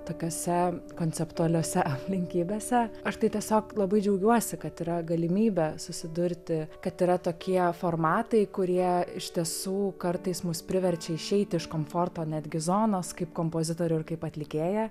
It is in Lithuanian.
tokiose konceptualiose aplinkybėse aš tai tiesiog labai džiaugiuosi kad yra galimybė susidurti kad yra tokie formatai kurie iš tiesų kartais mus priverčia išeiti iš komforto netgi zonos kaip kompozitorių ir kaip atlikėją